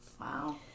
Wow